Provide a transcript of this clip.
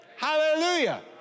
Hallelujah